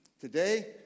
Today